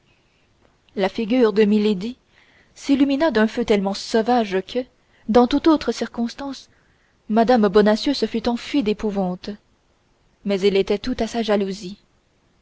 la figure de milady s'illumina d'un feu tellement sauvage que dans toute autre circonstance mme bonacieux se fût enfuie d'épouvante mais elle était toute à sa jalousie